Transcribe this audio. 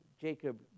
Jacob